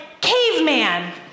caveman